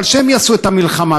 אבל שהם יעשו את המלחמה.